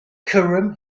cairum